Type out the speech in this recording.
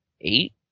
eight